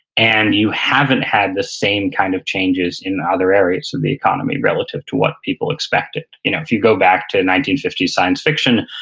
and you haven't had the same kind of changes in other areas of the economy relative to what people expected you know if you go back to the nineteen fifty s science fiction,